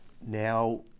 Now